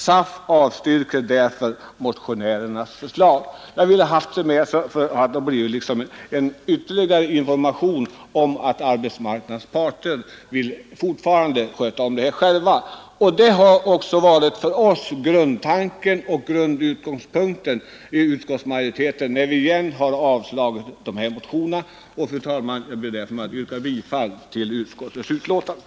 SAF avstyrker därför motionärernas förslag.” Jag har velat ta med detta som en ytterligare information om att arbetsmarknadsparterna fortfarande vill sköta om denna angelägenhet själva. Det har varit grundtanken också för utskottsmajoriteten när vi har yrkat avslag på motionerna. Fru talman! Jag ber att få yrka bifall till utskottets hemställan.